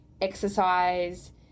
exercise